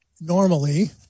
normally